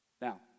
now